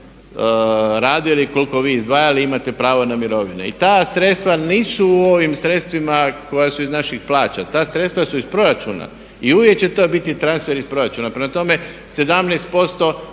radili, koliko vi izdvajali imate pravo na mirovine. I ta sredstva nisu u ovim sredstvima koja su iz naših plaća, ta sredstva su iz proračuna. I uvijek će to biti transfer iz proračuna. Prema tome, 17%